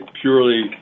purely